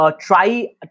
Try